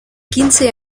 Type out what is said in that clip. quince